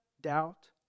doubt